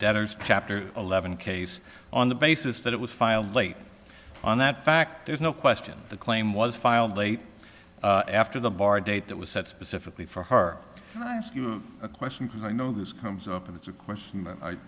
debtors chapter eleven case on the basis that it was filed late on that fact there's no question the claim was filed late after the bar date that was set specifically for her and i ask you a question i know this comes up it's a question i